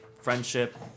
Friendship